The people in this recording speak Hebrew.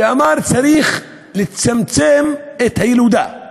שאמר שצריך לצמצם את הילודה,